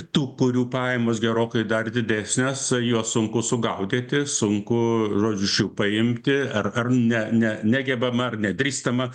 tų kurių pajamos gerokai dar didesnės juos sunku sugaudyti sunku žodžiu iš jų paimti ar ar ne ne negebama ar nedrįstama